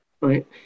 right